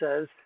says